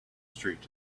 street